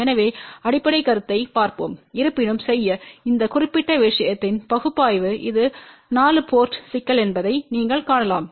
எனவே அடிப்படைக் கருத்தை பார்ப்போம் இருப்பினும் செய்ய இந்த குறிப்பிட்ட விஷயத்தின் பகுப்பாய்வு இது 4 போர்ட் சிக்கல் என்பதை நீங்கள் காணலாம்